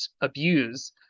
abuse